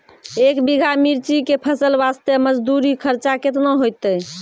एक बीघा मिर्ची के फसल वास्ते मजदूरी खर्चा केतना होइते?